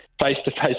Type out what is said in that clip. face-to-face